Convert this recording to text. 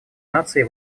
наций